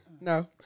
no